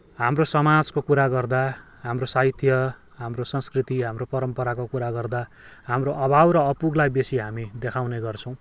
हाम्रो समाजको कुरा गर्दा हाम्रो साहित्य हाम्रो संस्कृति हाम्रो परम्पराको कुरा गर्दा हाम्रो अभाव र अपुगलाई बेसी हामी देखाउने गर्छौँ